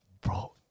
bro